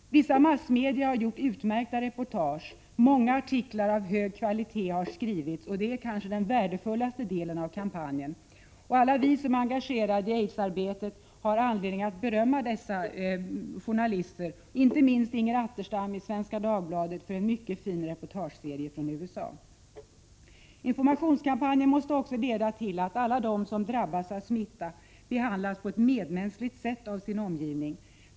Vissa massmedia har gjort utmärkta reportage, och många artiklar av hög kvalitet har skrivits. Det är kanske den värdefullaste delen av kampanjen. Alla vi som är engagerade i aidsarbetet har anledning att berömma dessa journalister, inte minst Inger Atterstam på Svenska Dagbladet för en mycket fin reportageserie från USA. Informationskampanjen måste också leda till att alla de som drabbats av smitta behandlas på ett medmänskligt sätt av sin omgivning.